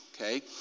Okay